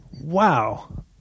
Wow